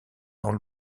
dans